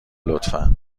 لطفا